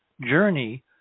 journey